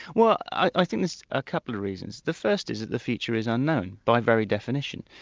well i think it's a couple of reasons. the first is that the future is unknown by very definition.